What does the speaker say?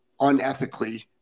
unethically